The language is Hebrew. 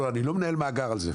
אני לא מנהל מאגר על זה.